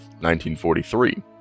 1943